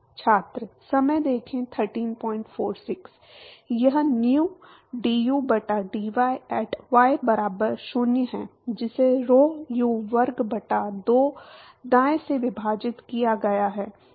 यह nu du बटा dy at y बराबर 0 है जिसे rho U वर्ग बटा 2 दाएं से विभाजित किया गया है